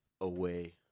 away